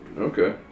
Okay